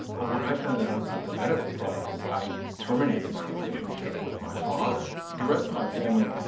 oh when i found out about the medical problem i terminated my relationship with my father. the rest of my family,